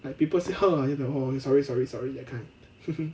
like people say !huh! I like sorry sorry sorry that kind